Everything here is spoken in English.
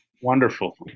Wonderful